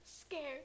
scared